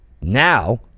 Now